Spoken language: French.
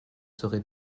serez